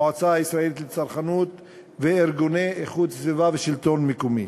המועצה הישראלית לצרכנות וארגוני איכות סביבה והשלטון המקומי.